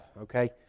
okay